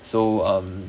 so um